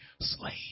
slave